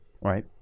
Right